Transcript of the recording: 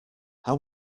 how